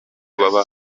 baba